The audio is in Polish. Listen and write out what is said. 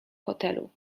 hotelu